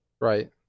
right